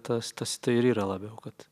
tas tas tai ir yra labiau kad